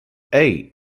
hey